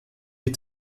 wie